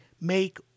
make